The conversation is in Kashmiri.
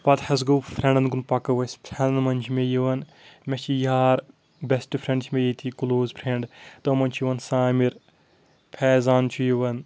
پَتہٕ حظ گوٚو فرٛٮ۪نٛڈَن کُن پَکو أسۍ فرٛٮ۪نٛڈَن منٛز چھِ مےٚ یِوان مےٚ چھِ یار بٮ۪سٹ فرٛٮ۪نٛڈ چھِ مےٚ ییٚتی کٕلوز فرٛٮ۪نٛڈ تِمَن منٛز چھِ یِوان سامِر فیضان چھِ یِوان